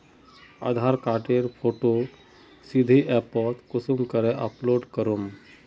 आधार कार्डेर फोटो सीधे ऐपोत कुंसम करे अपलोड करूम?